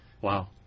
Wow